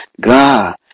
God